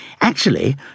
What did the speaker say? Actually